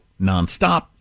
nonstop